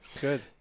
Good